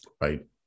Right